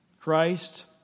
Christ